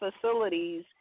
facilities